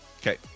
Okay